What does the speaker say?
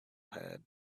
had